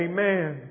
Amen